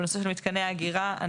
בנושא של מתקני האגירה,